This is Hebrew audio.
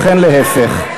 וכן להפך.